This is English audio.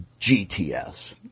GTS